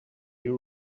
you